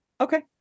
Okay